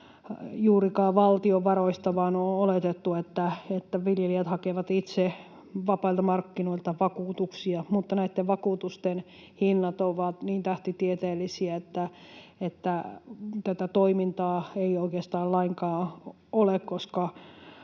juurikaan valtion varoista vaan on oletettu, että viljelijät hakevat itse vapailta markkinoilta vakuutuksia, mutta näitten vakuutusten hinnat ovat niin tähtitieteellisiä, että tätä toimintaa ei oikeastaan lainkaan ole, koska